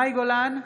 מאי גולן,